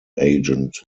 agent